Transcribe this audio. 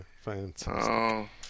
fantastic